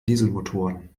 dieselmotoren